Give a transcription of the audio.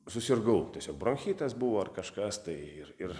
susirgau tiesiog bronchitas buvo ar kažkas tai ir ir